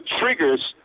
triggers